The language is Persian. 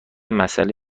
مسئله